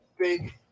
big